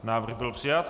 Návrh byl přijat.